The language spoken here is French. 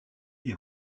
est